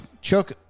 chuck